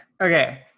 Okay